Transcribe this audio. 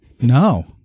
No